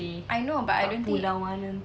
I know but I don't think